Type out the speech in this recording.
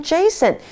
Jason